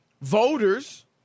voters